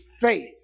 faith